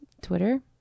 Twitter